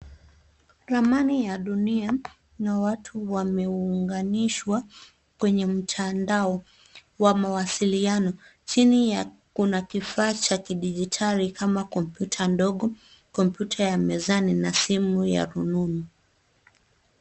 Ramani ya dunia, na watu wameunganishwa, kwenye mtandao wa mawasiliano. Chini ya kuna kifaa cha kidijitali kama kompyuta ndogo, kompyuta ya mezani na simu ya rununu.